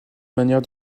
manière